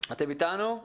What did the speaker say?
אתם אתנו?